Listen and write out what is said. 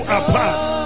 apart